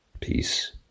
Peace